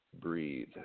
breathe